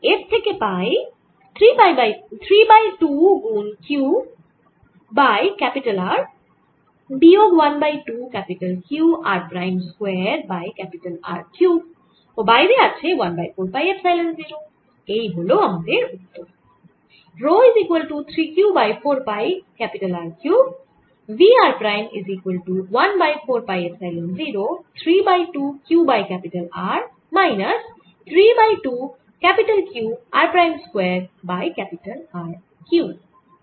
এর থেকে পাই 3 বাই 2 গুন Q বাই R বিয়োগ 1 by 2 Q r prime square by R cube ও বাইরে আছে 1 বাই 4 পাই এপসাইলন 0